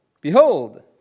behold